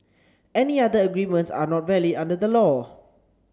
any other agreements are not valid under the law